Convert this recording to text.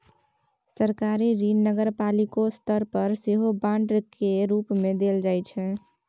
सरकारी ऋण नगरपालिको स्तर पर सेहो बांड केर रूप मे देल जाइ छै